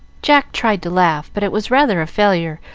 jack tried to laugh, but it was rather a failure,